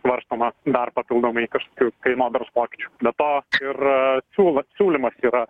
svarstoma dar papildomai kažkokių kainodaros pokyčių be to ir siūlomas siūlymas yra